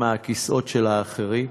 מהכיסאות של האחרים,